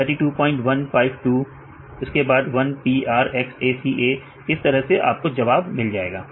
321852 उसके बाद 1 p r x a c a इस तरह से आपको जवाब मिल जाएगा